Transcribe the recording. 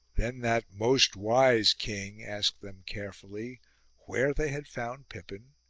then that most wise king asked them carefully where they had found pippin,